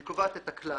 והיא קובעת את הכלל